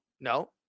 No